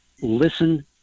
listen